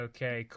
Okay